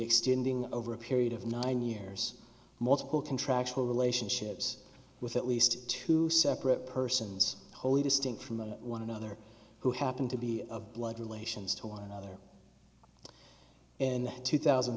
extending over a period of nine years multiple contractual relationships with at least two separate persons wholly distinct from one another who happened to be a blood relations to one another and the two thousand